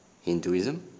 Hinduism